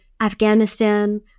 Afghanistan